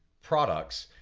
products,